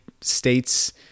states